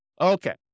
Okay